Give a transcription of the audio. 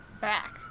Back